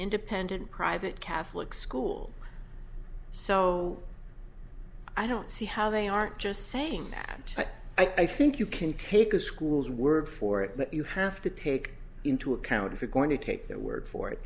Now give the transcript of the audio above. independent private catholic school so i don't see how they aren't just saying that but i think you can take a school's word for it but you have to take into account if you're going to take their word for it